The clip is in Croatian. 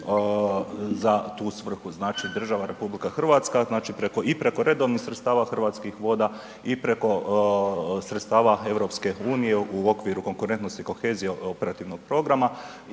za tu svrhu. Znači, država RH znači i preko redovnih sredstava Hrvatskih voda i preko sredstava EU u okviru Konkurentnost i kohezija operativnog programa